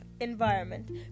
environment